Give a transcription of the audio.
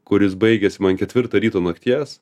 kuris baigėsi man ketvirtą ryto nakties